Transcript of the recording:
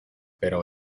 pero